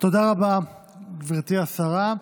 תודה רבה, גברתי השרה.